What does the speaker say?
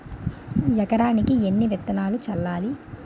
ఎకరానికి ఎన్ని విత్తనాలు చల్లాలి?